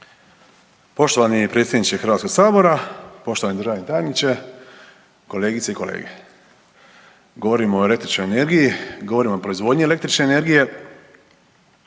Poštovani predsjedniče Hrvatskog sabora, poštovani državni tajniče, kolegice i kolege, govorimo o električnoj energiji, govorimo o proizvodnji električne energije